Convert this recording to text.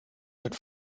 mit